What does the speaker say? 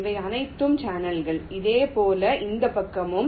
இவை அனைத்தும் சேனல்கள் இதேபோல் இந்த பக்கமும்